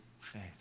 faith